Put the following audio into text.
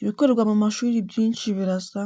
Ibikorerwa mu mashuri byinshi birasa,